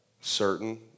certain